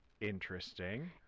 Interesting